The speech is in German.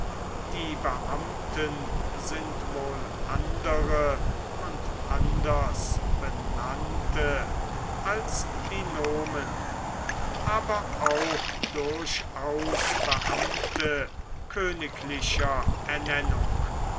die beamten sind wohl andere und anders benannte als die der nomen aber auch durchaus beamte königlicher ernennung